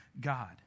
God